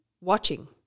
watching